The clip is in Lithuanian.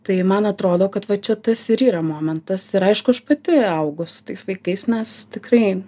tai man atrodo kad va čia tas ir yra momentas ir aišku aš pati augu su tais vaikais nes tikrai